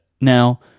Now